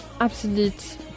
absolute